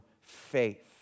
faith